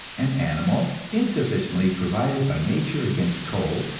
an animal insufficiently provided by nature against cold,